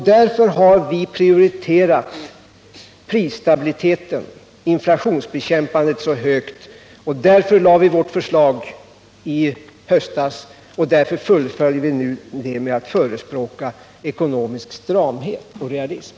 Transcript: Därför har vi prioriterat prisstabiliteten — inflationsbekämpandet — så högt. Därför lade vi vårt förslag i höstas. Och därför fullföljer vi nu det med att förespråka ekonomisk stramhet och realism.